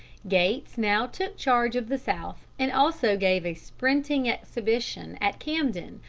gates now took charge of the south, and also gave a sprinting exhibition at camden,